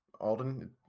Alden